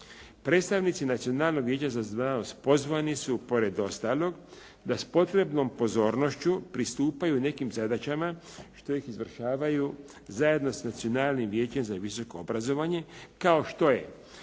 Predstavnici Nacionalnog vijeća za znanost pozvani su pored ostalog da s potrebnom pozornošću pristupaju nekim zadaćama što ih izvršavaju zajedno s Nacionalnim vijećem za visoko obrazovanje, kao što je